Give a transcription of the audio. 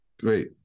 Great